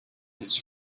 his